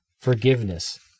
forgiveness